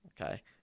Okay